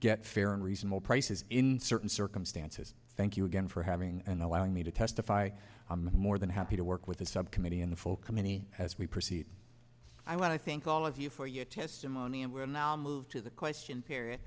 get fair and reasonable prices in certain circumstances thank you again for having and allowing me to testify more than happy to work with the subcommittee in the full committee as we proceed i want to thank all of you for your testimony and will now move to the question